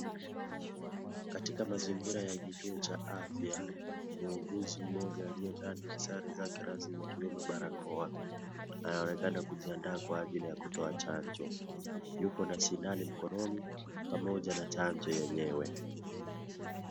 Katika mazingira ya kituo cha afya ,muuguzi mmoja aliye ndani ya sare zake rasmi ,ikiwemo barakoa anaonekana kujiandaa kwa ajili ya kutoa chanjo .Yuko na sindano mkononi pamoja na chanjo yenyewe.